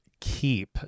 keep